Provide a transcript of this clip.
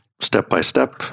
step-by-step